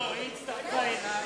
לא, היא הצטרפה אלי.